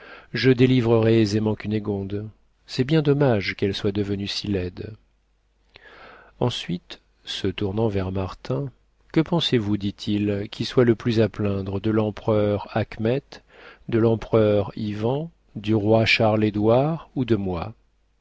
ensuite se tournant vers martin que pensez-vous dit-il qui soit le plus à plaindre de l'empereur achmet de l'empereur ivan du roi charles édouard ou de moi